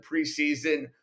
preseason